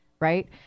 Right